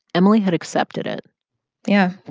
emily had accepted it yeah.